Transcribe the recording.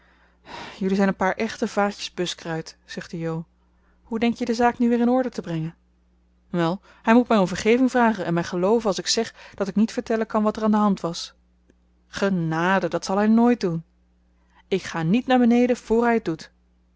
jullie zijn een paar echte vaatjes buskruit zuchtte jo hoe denk je de zaak nu weer in orde te brengen wel hij moet mij om vergeving vragen en mij gelooven als ik zeg dat ik niet vertellen kan wat er aan de hand was genade dat zal hij nooit doen ik ga niet naar beneden voor hij t doet